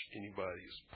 anybody's